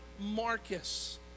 Marcus